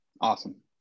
Awesome